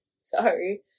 Sorry